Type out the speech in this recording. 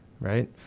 right